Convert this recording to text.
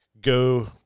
go